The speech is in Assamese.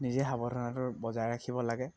নিজে সাৱধানতাটো বজাই ৰাখিব লাগে